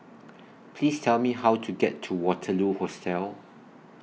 Please Tell Me How to get to Waterloo Hostel